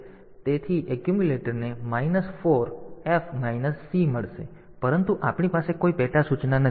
તેથી એક્યુમ્યુલેટરને minus 4 F minus C મળશે પરંતુ આપણી પાસે કોઈ પેટા સૂચના નથી